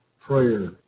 prayer